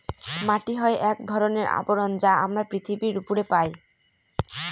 মাটি হয় এক ধরনের আবরণ যা আমরা পৃথিবীর উপরে পায়